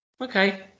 okay